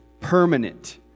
permanent